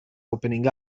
opening